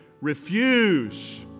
Refuse